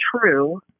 true